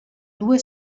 due